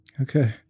okay